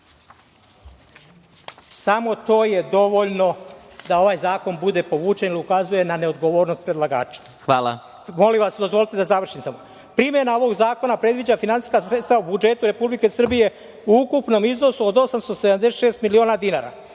Samo to je dovoljno da ovaj zakon bude povučen, jer ukazuje na neodgovornost predlagača.(Predsedavajući: Hvala.)Molim vas, dozvolite da završim samo. Primena ovog zakona predviđa finansijska sredstva u budžetu Republike Srbije u ukupnom iznosu od 876 miliona dinara,